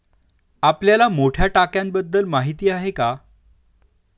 आपल्याला मोठ्या टाक्यांबद्दल माहिती आहे का?